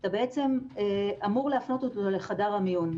אתה בעצם אמור להפנות אותו לחדר המיון,